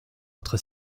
autre